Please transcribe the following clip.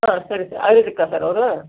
ಹಾಂ ಸರಿ ಸರ್ ಆಯುರ್ವೇದಿಕ್ಕಾ ಸರ್ ಅವರು